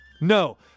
No